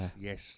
yes